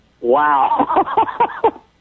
wow